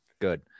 good